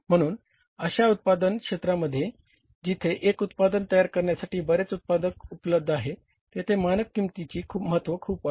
म्हणून अशा उत्पादन क्षेत्रांमध्ये जिथे एक उत्पादन तयार करण्यासाठी बरेच उत्पादक उपलब्ध आहेत तेथे मानक किंमतीचे महत्व खूप वाढते